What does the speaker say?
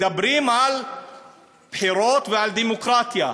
מדברים על בחירות ועל דמוקרטיה.